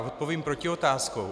Odpovím protiotázkou.